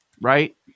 right